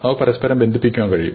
അവ പരസ്പരം ബന്ധിപ്പിക്കാൻ കഴിയും